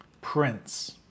Prince